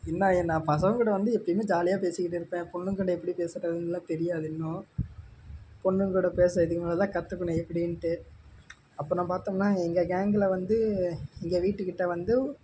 என்னா என்ன பசங்க கூட வந்து எப்பயுமே ஜாலியாக பேசிக்கிட்டு இருப்பேன் பொண்ணுங்கள்கிட்ட எப்படி பேசுறதுன்னுலாம் தெரியாது இன்னும் பொண்ணுங்க கூட பேச இதுக்கு மேலே தான் கற்றுக்கணும் எப்படின்ட்டு அப்புறம் பார்த்தோம்னா எங்கள் கேங்கில் வந்து இங்கே வீட்டுக்கிட்டே வந்து